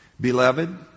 beloved